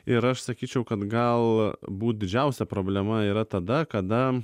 ir aš sakyčiau kad galbūt didžiausia problema yra tada kada